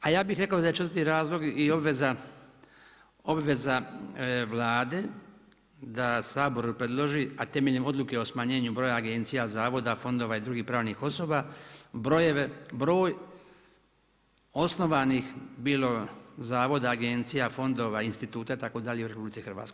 A ja bih rekao da je 4. razlog i obveza, obveza Vlade da Saboru predloži a temeljem odluke o smanjenju broja agencija, zavoda, fondova i drugih pravnih osoba broj osnovanih, bilo zavoda, agencija, fondova, instituta itd., u RH.